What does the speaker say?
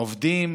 עובדים